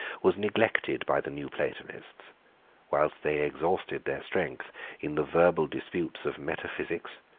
was neglected by the new platonists whilst they exhausted their strength in the verbal disputes of metaphysics,